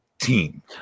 team